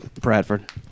Bradford